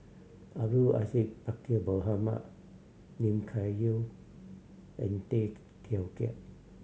Abdul Aziz Pakkeer Mohamed Lim Kay Siu and Tay Teow Kiat